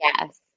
Yes